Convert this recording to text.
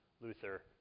Luther